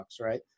right